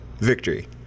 Victory